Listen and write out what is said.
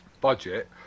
Budget